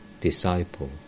disciple